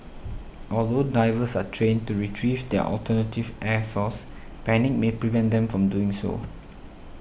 although divers are trained to retrieve their alternative air source panic may prevent them from doing so